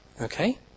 Okay